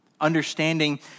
understanding